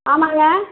ஆமாங்க